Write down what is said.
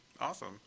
Awesome